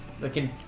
looking